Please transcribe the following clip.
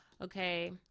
okay